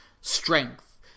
strength